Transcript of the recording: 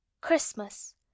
Christmas